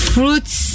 Fruits